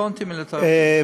קטונתי מלהתערב.